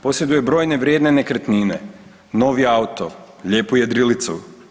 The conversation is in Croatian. Posjeduje brojne vrijedne nekretnine, novi auto, lijepu jedrilicu.